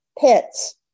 pets